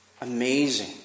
amazing